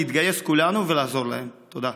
להתגייס כולנו ולעזור להם, תודה.